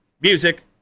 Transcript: music